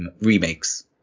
remakes